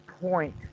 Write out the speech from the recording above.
point